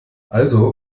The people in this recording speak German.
also